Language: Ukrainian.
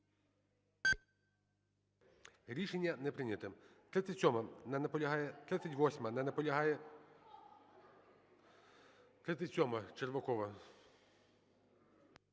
Рішення не прийнято.